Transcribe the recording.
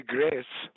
Grace